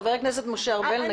חבר הכנסת משה ארבל,